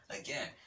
Again